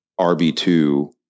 RB2